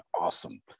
awesome